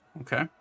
Okay